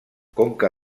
conca